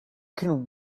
can